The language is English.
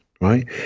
right